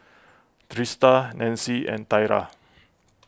Trista Nancie and Thyra